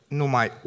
numai